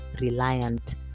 reliant